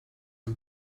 and